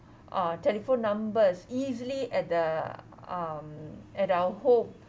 uh telephone numbers easily at the um at our home